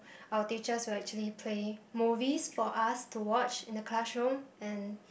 our teachers will actually play movies for us to watch in the classroom and